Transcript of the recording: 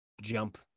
jump